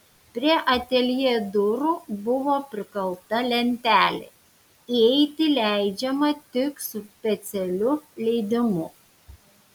prie ateljė durų buvo prikalta lentelė įeiti leidžiama tik su specialiu leidimu